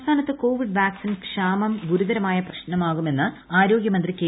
K Shailaja സംസ്ഥാനത്ത് COVID vaccine ക്ഷാമം ഗുരുതരമായ പ്രശ്നമാകുമെന്ന് ആരോഗൃമന്ത്രി കെ